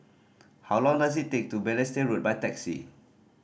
how long does it take to Balestier Road by taxi